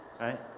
right